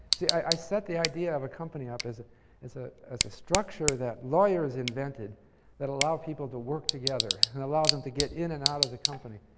see, i set the idea of a company up as as ah a structure that lawyers invented that allows people to work together and allows them to get in and out of the company.